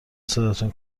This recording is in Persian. صداتون